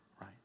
right